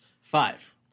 Five